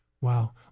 Wow